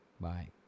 Bye